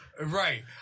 Right